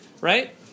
right